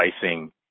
pricing